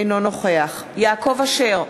אינו נוכח יעקב אשר,